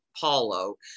Paulo